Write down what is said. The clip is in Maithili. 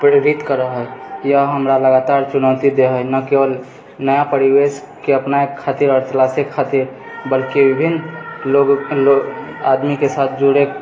प्रेरित करऽ हय यह हमरा लगातार चुनौती दे हय नहि केवल नया परिवेशके अपनाय खातिर आओर तलाशै कऽ खातिर बल्कि विभिन्न लो लोग आदमीके साथ जुड़ै